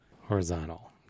horizontal